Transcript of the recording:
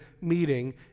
meeting